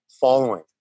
following